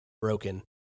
broken